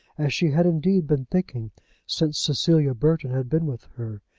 as she had indeed been thinking since cecilia burton had been with her,